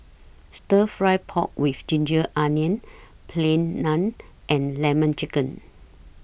Stir Fry Pork with Ginger Onions Plain Naan and Lemon Chicken